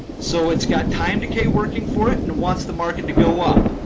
so it's got time decay working for it and wants the market to go up.